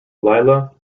lila